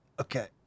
Okay